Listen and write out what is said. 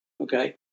okay